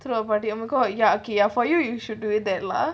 throw a party oh my god you're okay ya for you should do it that lah